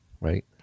Right